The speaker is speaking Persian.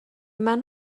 منو